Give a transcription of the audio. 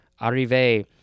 Arrive